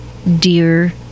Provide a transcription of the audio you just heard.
Dear